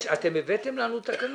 אתם הבאתם לנו תקנות?